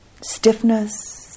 stiffness